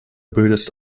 buddhist